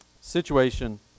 situation